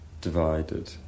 divided